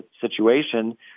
situation